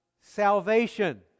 salvation